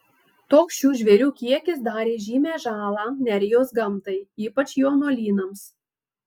toks šių žvėrių kiekis darė žymią žalą nerijos gamtai ypač jaunuolynams